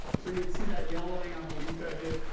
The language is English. so you would see that yellowing on the leaf edges,